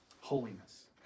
Holiness